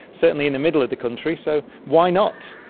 certainly in the middle of the country, so why not?